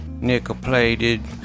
nickel-plated